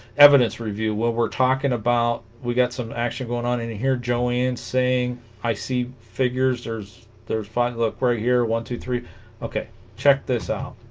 evidence review what we're talking about we got some action going on in here joanne saying i see figures there's there's fun look right ah here one two three okay check this out